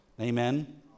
Amen